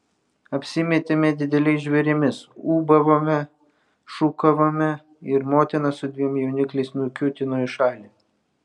apsimetėme dideliais žvėrimis ūbavome šūkavome ir motina su dviem jaunikliais nukiūtino į šalį